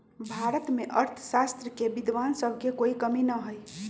भारत में अर्थशास्त्र के विद्वान सब के कोई कमी न हई